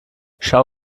schau